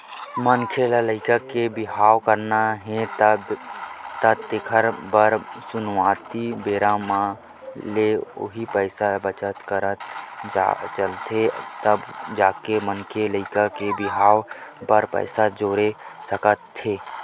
मनखे ल लइका के बिहाव करना हे तेखर बर सुरुवाती बेरा ले ही पइसा बचत करत चलथे तब जाके मनखे लइका के बिहाव बर पइसा जोरे सकथे